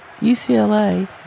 UCLA